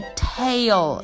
tail